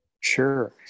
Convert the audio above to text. Sure